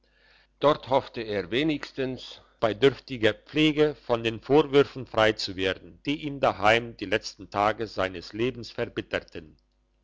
dort hoffte er wenigstens bei dürftiger pflege von den vorwürfen frei zu werden die ihm daheim die letzten tage seines lebens verbitterten